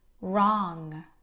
wrong